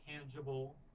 tangible